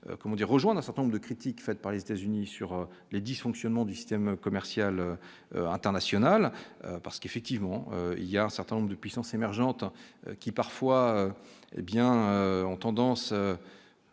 rejoint d'un certain nombre de critiques faites par les États-Unis sur les dysfonctionnements du système commercial international parce qu'effectivement il y a un certain nombre de puissances émergentes qui, parfois, hé bien ont tendance